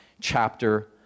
chapter